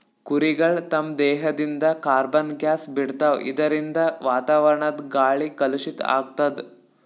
ಕುರಿಗಳ್ ತಮ್ಮ್ ದೇಹದಿಂದ್ ಕಾರ್ಬನ್ ಗ್ಯಾಸ್ ಬಿಡ್ತಾವ್ ಇದರಿಂದ ವಾತಾವರಣದ್ ಗಾಳಿ ಕಲುಷಿತ್ ಆಗ್ತದ್